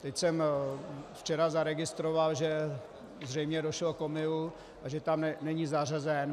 Teď jsem včera zaregistroval, že zřejmě došlo k omylu a že tam není zařazen.